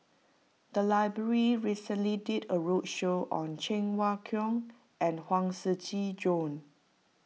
the library recently did a roadshow on Cheng Wai Keung and Huang Shiqi Joan